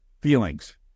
feelings